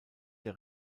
der